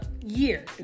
year